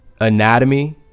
anatomy